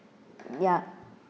ya